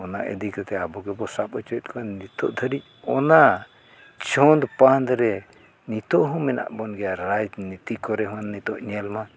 ᱚᱱᱟ ᱤᱫᱤ ᱠᱟᱛᱮᱫ ᱟᱵᱚ ᱜᱮᱵᱚ ᱥᱟᱵ ᱚᱪᱚᱭᱮᱫ ᱠᱚᱣᱟ ᱱᱤᱛᱚᱜ ᱫᱷᱟᱹᱨᱤᱡ ᱚᱱᱟ ᱪᱷᱚᱸᱫ ᱯᱷᱟᱸᱫᱽ ᱨᱮ ᱱᱤᱛᱳᱜ ᱦᱚᱸ ᱢᱮᱱᱟᱜ ᱵᱚᱱ ᱜᱮᱭᱟ ᱨᱟᱡᱽᱱᱤᱛᱤ ᱠᱚᱨᱮ ᱦᱚᱸ ᱱᱤᱛᱳᱜ ᱧᱮᱞ ᱢᱟ